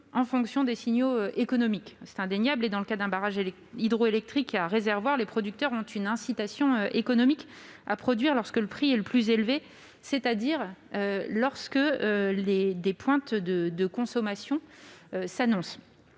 en fonction des signaux économiques, c'est indéniable. Dans le cas d'un barrage hydroélectrique à réservoir, ils ont une incitation économique à produire lorsque le prix est plus élevé, c'est-à-dire lorsque s'annoncent des pointes de consommation.